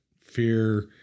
fear